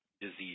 disease